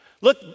Look